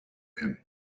him